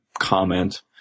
comment